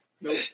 Nope